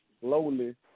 slowly